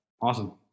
Awesome